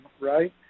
right